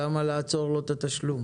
למה לעצור לו את התשלום?